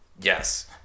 Yes